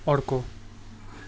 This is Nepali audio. अर्को